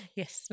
Yes